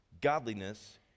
godliness